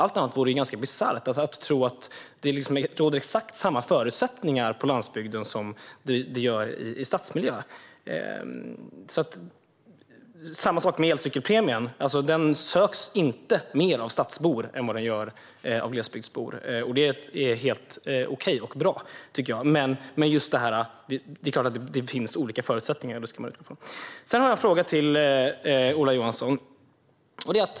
Det vore ju ganska bisarrt att tro att det råder exakt samma förutsättningar på landsbygden som det gör i stadsmiljö. Samma sak med elcykelpremien - den söks inte mer av stadsbor än av glesbygdsbor. Det är helt okej och bra, tycker jag. Men det är klart att det finns olika förutsättningar, och det ska man utgå från. Sedan har jag en fråga till Ola Johansson.